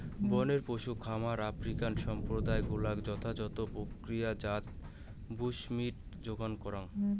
বনের পশু খামার আফ্রিকান সম্প্রদায় গুলাক যথাযথ প্রক্রিয়াজাত বুশমীট যোগান করাং